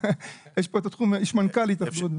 יש מנכ"ל התאחדות.